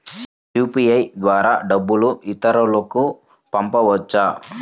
UPI ద్వారా డబ్బు ఇతరులకు పంపవచ్చ?